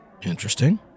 Interesting